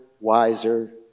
wiser